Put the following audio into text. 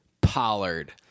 Pollard